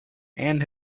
and